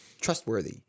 trustworthy